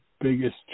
biggest